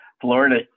Florida